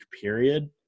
period